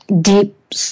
deep